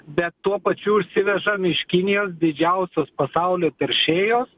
bet tuo pačiu įsivežam iš kinijos didžiausios pasaulio teršėjos